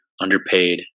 underpaid